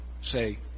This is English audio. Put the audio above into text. Say